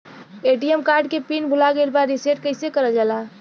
ATM card के pin भूला गइल बा रीसेट कईसे करल जाला?